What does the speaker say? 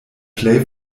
plej